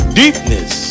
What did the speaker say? deepness